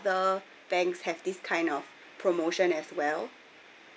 banks have this kind of promotion as well